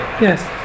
Yes